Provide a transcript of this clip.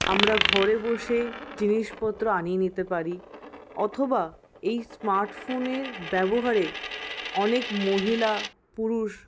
আমরা ঘরে বসেই জিনিসপত্র আনিয়ে নিতে পারি অথবা এই স্মার্টফোনের ব্যবহারে অনেক মহিলা পুরুষ